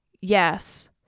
Yes